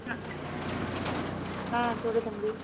ம் ஆ சொல் தம்பி